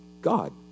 God